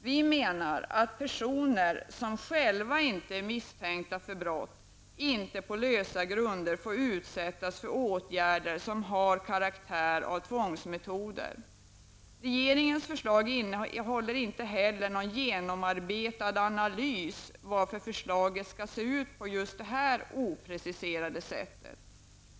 Vi menar att personer som själva inte är misstänkta för brott, inte på lösa grunder får utsättas för åtgärder som har karaktär av tvångsmetoder. Regeringens förslag innehåller inte heller någon genomarbetad analys om varför förslaget skall se ut på just det här opreciserade sättet.